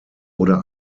oder